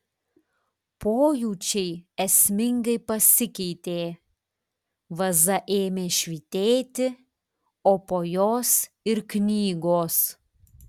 pojūčiai esmingai pasikeitė vaza ėmė švytėti o po jos ir knygos